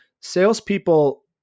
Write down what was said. salespeople